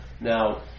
Now